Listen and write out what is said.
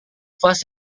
vas